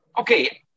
Okay